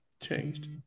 Changed